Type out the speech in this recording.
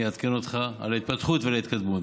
אני אעדכן אותך על ההתפתחות ועל ההתקדמות,